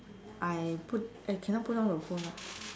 I put eh cannot put down the phone right